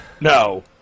No